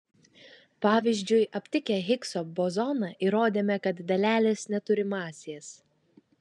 pavyzdžiui aptikę higso bozoną įrodėme kad dalelės neturi masės